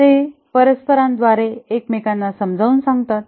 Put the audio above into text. ते परस्परसंवादाद्वारे एकमेकांना समजावून सांगतात